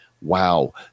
wow